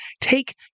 take